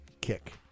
kick